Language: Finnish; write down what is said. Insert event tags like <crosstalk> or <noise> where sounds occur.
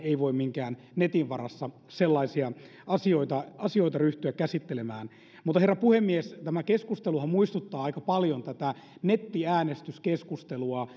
ei voi minkään netin varassa sellaisia asioita asioita ryhtyä käsittelemään herra puhemies tämä keskusteluhan muistuttaa aika paljon nettiäänestyskeskustelua <unintelligible>